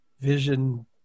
vision